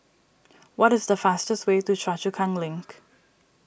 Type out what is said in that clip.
what is the fastest way to Choa Chu Kang Link